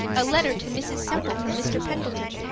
a letter to mrs. semple from mr. pendleton.